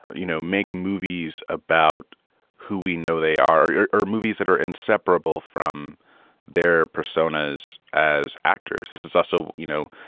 you know, make movies about who we know they are are are movies that are inseparable from their personas as actors. this is also you know,